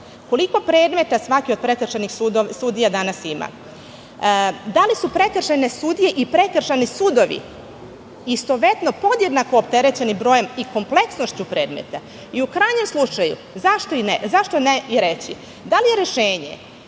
koliko predmeta svaki od prekršajnih sudija danas ima, da li su prekršajne sudije i prekršajni sudovi istovetno podjednako opterećeni brojem i kompleksnošću predmeta? U krajnjem slučaju, zašto ne i reći da li je rešenje